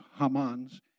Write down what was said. Haman's